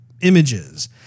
images